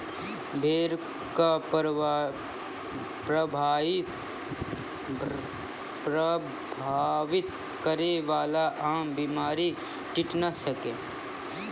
भेड़ क प्रभावित करै वाला आम बीमारी टिटनस छिकै